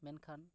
ᱢᱮᱱᱠᱷᱟᱱ